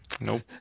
Nope